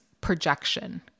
projection